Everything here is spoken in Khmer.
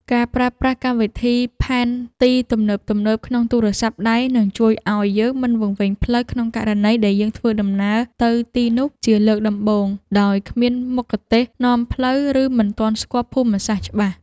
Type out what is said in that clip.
ការប្រើប្រាស់កម្មវិធីផែនទីទំនើបៗក្នុងទូរស័ព្ទដៃនឹងជួយឱ្យយើងមិនវង្វេងផ្លូវក្នុងករណីដែលយើងធ្វើដំណើរទៅទីនោះជាលើកដំបូងដោយគ្មានមគ្គុទ្ទេសក៍នាំផ្លូវ ឬ មិនទាន់ស្គាល់ភូមិសាស្ត្រច្បាស់។